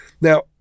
Now